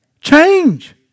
Change